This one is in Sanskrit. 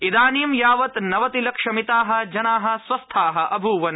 इदानीं यावत् नवतिलक्षमिताः जनाः स्वस्था अभूवन्